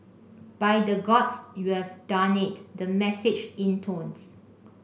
by the Gods you have done it the message intones